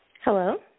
Hello